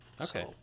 Okay